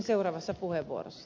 herra puhemies